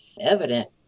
evident